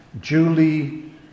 Julie